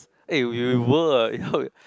eh we were uh how we